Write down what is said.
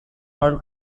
all